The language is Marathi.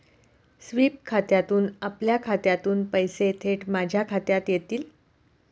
स्वीप खात्यातून आपल्या खात्यातून पैसे थेट माझ्या खात्यात येतील